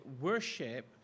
worship